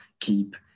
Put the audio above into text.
keep